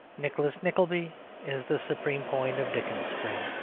nicholas nickleby is the supreme point of dickens's spring.